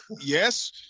Yes